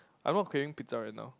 I'm not craving pizza right now